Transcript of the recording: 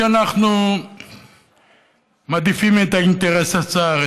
שאנחנו מעדיפים את האינטרס הצר,